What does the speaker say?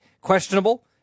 questionable